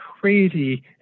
crazy